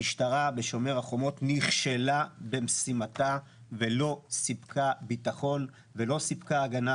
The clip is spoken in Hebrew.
המשטרה בשומר החומות נכשלה במשימתה ולא סיפקה ביטחון ולא סיפקה הגנה